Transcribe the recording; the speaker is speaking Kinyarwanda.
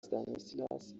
stanislas